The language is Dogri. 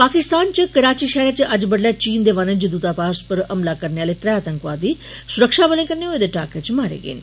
पाकिस्तान च कराची शहरै च अज्ज बड्डलै चीन दे वाणिज्य दूतावास पर हमला करने आले त्रै आतंकवादी सुरक्षाबलें कन्नै होए दे टाकरे च मारे गे न